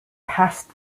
past